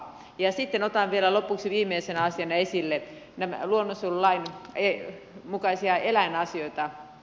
ja sitten otan vielä lopuksi viimeisenä asiana esille luonnonsuojelulain mukaisia eläinasioita